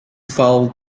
file